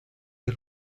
del